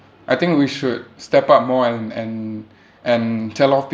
I think we should step up more and and and tell off